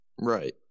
Right